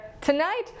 Tonight